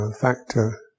factor